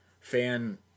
fan